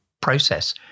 process